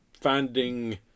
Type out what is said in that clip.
finding